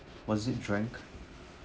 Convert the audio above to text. was it drank